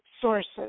sources